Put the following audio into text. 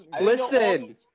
Listen